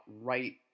right